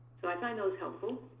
so i find those helpful.